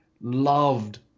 loved